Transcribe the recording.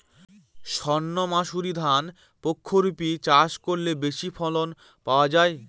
সর্ণমাসুরি ধান প্রক্ষরিপে চাষ করলে বেশি ফলন পাওয়া যায়?